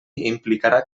implicarà